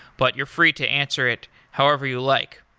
but you're free to answer it however you like.